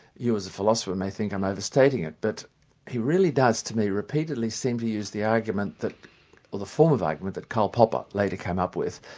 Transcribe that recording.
you as a philosopher may think i'm overstating it, but he really does to repeatedly seem to use the argument that, or the form of argument that karl popper later came up with.